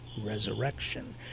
resurrection